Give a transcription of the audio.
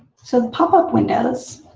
so the pop-up windows